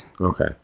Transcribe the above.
Okay